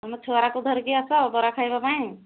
ତୁମ ଛୁଆଗୁରାଙ୍କୁ ଧରିକି ଆସ ବରା ଖାଇବା ପାଇଁ